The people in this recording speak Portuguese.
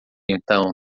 então